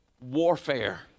warfare